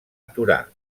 aturar